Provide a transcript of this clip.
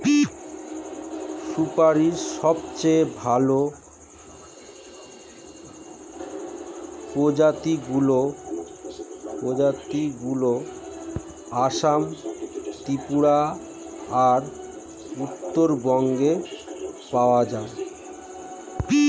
সুপারীর সবচেয়ে ভালো প্রজাতিগুলো আসাম, ত্রিপুরা আর উত্তরবঙ্গে পাওয়া যায়